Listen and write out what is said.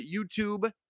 YouTube